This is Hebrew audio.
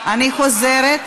אני חוזרת.